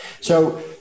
So-